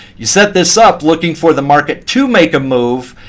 you set this up looking for the market to make a move.